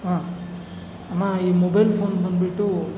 ಹಾಂ ಅಮ್ಮಾ ಈ ಮೊಬೈಲ್ ಫೋನ್ ಬನ್ಬಿಟ್ಟು